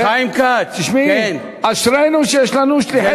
חיים כץ, תשמעי, אשרינו שיש לנו שליחי ציבור כאלה.